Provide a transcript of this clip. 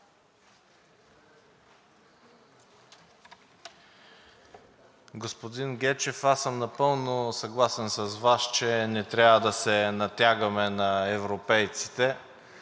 Господин Гечев, напълно съгласен съм с Вас, че не трябва да се натягаме на европейците.